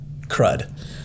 crud